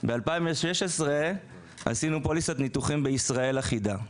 בשנת 2016 עשינו פוליסת ניתוחים אחידה בישראל,